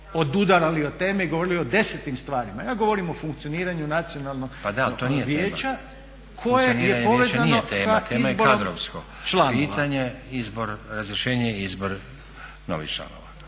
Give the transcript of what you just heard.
odudarali od teme i govorili o desetim stvarima. Ja govorim o funkcioniranju Nacionalnog vijeća… …/Upadica Stazić: Pa da,